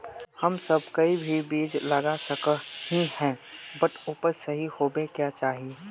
हम सब कोई भी बीज लगा सके ही है बट उपज सही होबे क्याँ चाहिए?